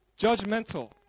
judgmental